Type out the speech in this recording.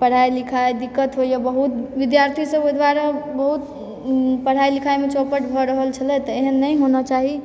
पढ़ाई लिखाई दिक्कत होइया बहुत विद्यार्थी सब ओहि दुआरे बहुत पढ़ाई लिखाईमे चौपट भऽ रहल छलै तऽ एहन नहि होना चाही